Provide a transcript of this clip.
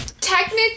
technically